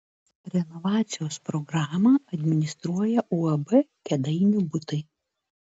renovacijos programą administruoja uab kėdainių butai